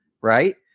right